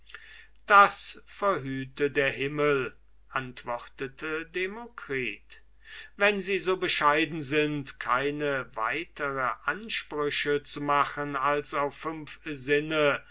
das verhüte der himmel antwortete demokritus wenn sie so bescheiden sind keine weitere ansprüche zu machen als auf fünf sinne